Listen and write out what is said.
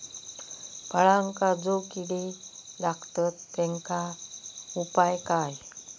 फळांका जो किडे लागतत तेनका उपाय काय?